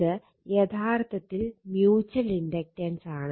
ഇത് യഥാർത്ഥത്തിൽ മ്യൂച്ചൽ ഇൻഡക്റ്റൻസാണ്